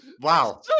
Wow